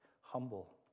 humble